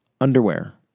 Underwear